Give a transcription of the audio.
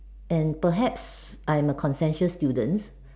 and perhaps I'm a conscientious student